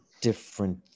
different